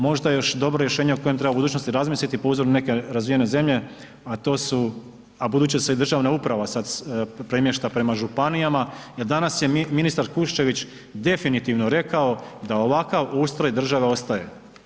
Možda još dobro rješenje o kojem treba u budućnosti razmisliti po uzoru na neke razvijene zemlje, a to su, a budući da se i državna uprava sad premješta prema županijama, jer danas je ministar Kuščević definitivno rekao da ovakav ustroj države ostaje.